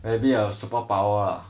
maybe a superpower